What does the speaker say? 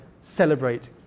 celebrate